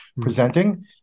presenting